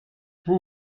vous